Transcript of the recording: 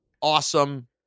Awesome